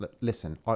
listen